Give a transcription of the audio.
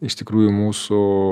iš tikrųjų mūsų